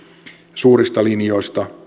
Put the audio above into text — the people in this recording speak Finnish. suurista linjoista